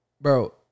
bro